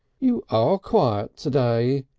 you are quiet today,